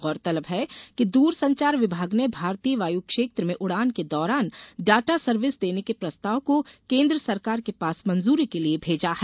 गौरतलब है कि दूरसंचार विभाग ने भारतीय वायुक्षेत्र में उड़ान के दौरान डाटा सर्विस देने के प्रस्ताव को केंद्र सरकार के पास मंजूरी के लिए भेजा है